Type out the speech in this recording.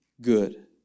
good